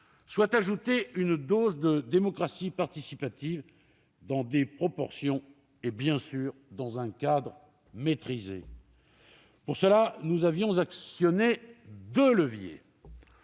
soit ajoutée une dose de démocratie participative, dans des proportions et un cadre maîtrisés. Pour cela, nous avions actionné deux leviers